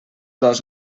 dos